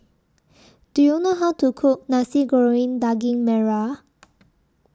Do YOU know How to Cook Nasi Goreng Daging Merah